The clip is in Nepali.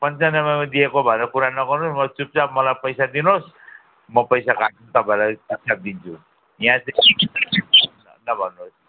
पन्चानब्बेमा दिएको भनेर कुरा नगर्नुहोस् मैले चुपचाप मलाई पैसा दिनुहोस् म पैसा काट्छु तपाईँलाई फिर्ता दिन्छु यहाँ नभन्नुहोस्